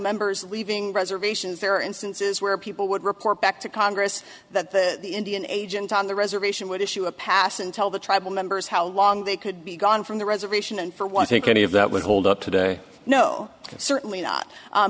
members leaving reservations there are instances where people would report back to congress that the indian agent on the reservation would issue a pass and tell the tribal members how long they could be gone from the reservation and for one think any of that would hold up today no certainly not